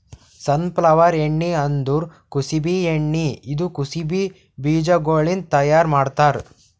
safflower ಎಣ್ಣಿ ಅಂದುರ್ ಕುಸುಬಿ ಎಣ್ಣಿ ಇದು ಕುಸುಬಿ ಬೀಜಗೊಳ್ಲಿಂತ್ ತೈಯಾರ್ ಮಾಡ್ತಾರ್